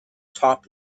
top